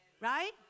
Right